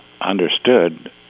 understood